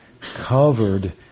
covered